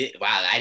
Wow